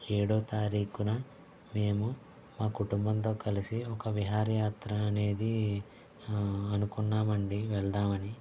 ఏడో తారీఖున మేము మా కుటుంబంతో కలిసి ఒక విహారయాత్ర అనేది అనుకున్నామండి వెళదామని